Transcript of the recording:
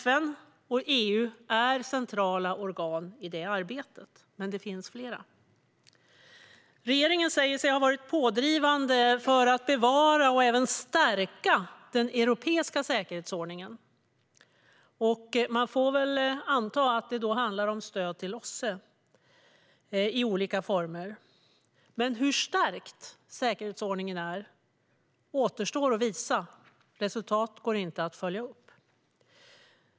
FN och EU är centrala organ i detta arbete, men det finns fler. Regeringen säger sig ha varit pådrivande för att bevara och även stärka den europeiska säkerhetsordningen. Vi får anta att det handlar om stöd till OSSE i olika former. Men hur stärkt säkerhetsordningen är återstår att visa. Resultat går inte att följa upp.